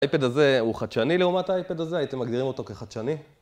האייפד הזה הוא חדשני לעומת האייפד הזה? הייתם מגדירים אותו כחדשני?